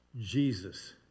Jesus